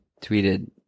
tweeted